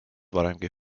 varemgi